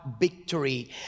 victory